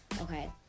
okay